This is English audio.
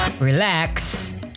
relax